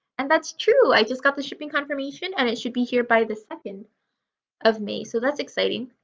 and that's true! i just got the shipping confirmation and it should be here by the second of may so that's exciting.